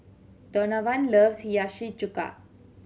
Donavon loves Hiyashi Chuka